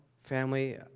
family